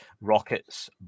rockets